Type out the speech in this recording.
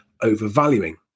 overvaluing